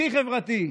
הכי חברתי.